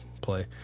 play